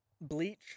Bleach